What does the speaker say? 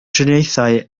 triniaethau